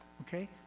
okay